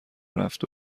رفت